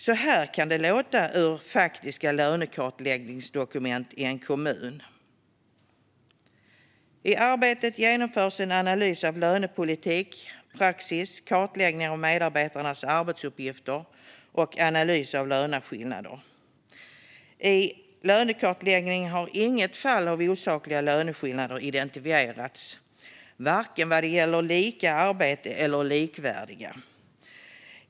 Så här kan det låta i faktiska lönekartläggningsdokument i en kommun. I arbetet genomförs en analys av lönepolitik, praxis, kartläggning av medarbetarnas arbetsuppgifter och analys av löneskillnader. I lönekartläggningen har inget fall av osakliga löneskillnader identifierats, varken vad gäller lika arbete eller likvärdiga.